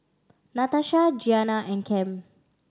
Natasha Gianni and Cam